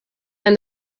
and